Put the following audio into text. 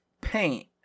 paint